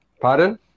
Pardon